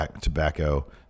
tobacco